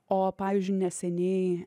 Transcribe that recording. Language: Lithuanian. o pavyzdžiui neseniai